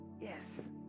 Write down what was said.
Yes